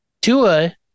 Tua